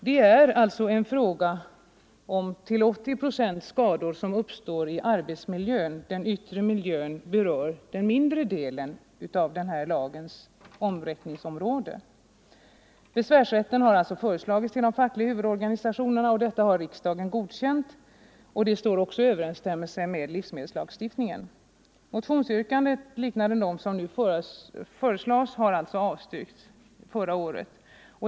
Det är alltså en fråga om skador som till 80 procent uppstår i arbetsmiljön. Den yttre miljön berör den mindre delen av den här lagens område. Besvärsrätt har alltså föreslagits för de fackliga huvudorganisationerna, och detta har riksdagen godkänt. Det står också i överensstämmelse med = Nr 130 livsmedelslagstiftningen. Motionsyrkanden liknande dem som nu före Torsdagen den ligger avsiogs därmed förra året.